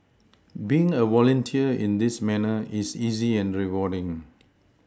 being a volunteer in this manner is easy and rewarding